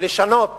לשנות